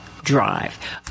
Drive